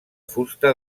fusta